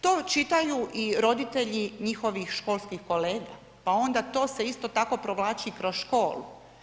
To čitaju i roditelji njihovih školskih kolega pa onda to se isto tako provlači i kroz školu.